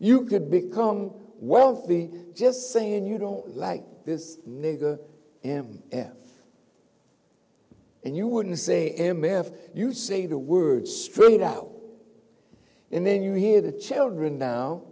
you could become wealthy just saying you don't like this nigger m f and you wouldn't say m f you say the word streamed out and then you hear the children now